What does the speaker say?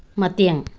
ꯃꯇꯦꯡ